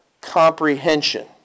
comprehension